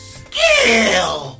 skill